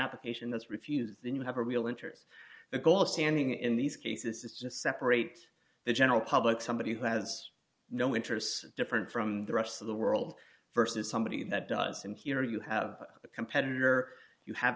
application that's refused then you have a real enters the goal of standing in these cases is just separate the general public somebody who has no interests different from the rest of the world versus somebody that does and here you have a competitor you have